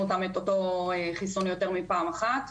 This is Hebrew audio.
אותם את אותו חיסון יותר מפעם אחת.